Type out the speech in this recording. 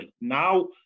Now